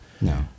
No